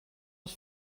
els